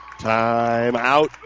Timeout